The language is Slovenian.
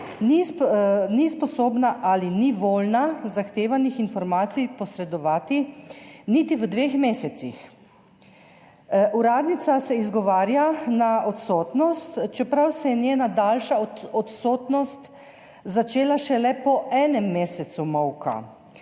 ni bila voljna posredovati zahtevanih informacij niti v dveh mesecih. Uradnica se izgovarja na odsotnost, čeprav se je njena daljša odsotnost začela šele po enem mesecu molka.